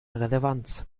relevanz